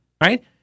right